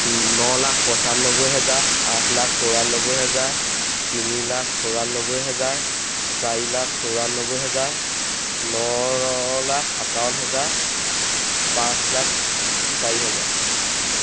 ন লাখ পচান্নবৈ হাজাৰ আঠ লাখ চৌৰান্নবৈ হাজাৰ তিনি লাখ চৌৰান্নবৈ হাজাৰ চাৰি লাখ চৌৰান্নবৈ হেজাৰ ন লাখ সাতাৱন হাজাৰ পাঁচ লাখ চাৰি হাজাৰ